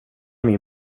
min